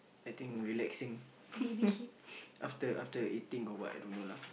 I think relaxing after after eating or what I don't know lah